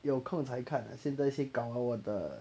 有空才看啦现在先干完我的